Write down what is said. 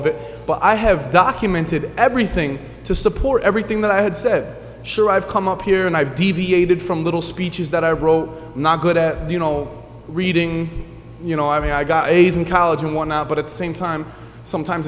that but i have documented everything to support everything that i had said sure i've come up here and i've deviated from little speeches that i wrote not good you know reading you know i mean i got a's in college and whatnot but at the same time sometimes